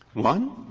one,